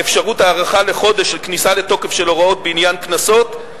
בעניין אפשרות הארכה בחודש של כניסה לתוקף של הוראות בעניין קנסות,